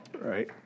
Right